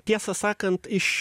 tiesą sakant iš